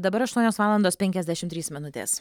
dabar aštuonios valandos penkiasdešim trys minutės